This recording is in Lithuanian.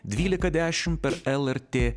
dvylika dešim per el er tė